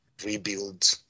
rebuild